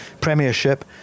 Premiership